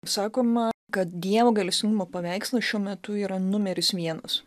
sakoma kad dievo gailestingumo paveikslas šiuo metu yra numeris vienas